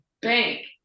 bank